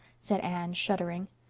said anne shuddering.